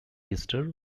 easter